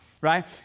right